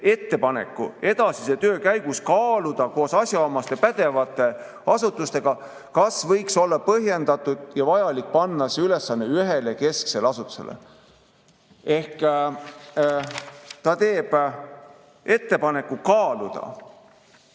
ettepaneku edasise töö käigus kaaluda koos asjaomaste pädevate asutustega, kas võiks olla põhjendatud ja vajalik panna see ülesanne ühele kesksele asutusele. Ehk ta teeb ettepaneku kaaluda,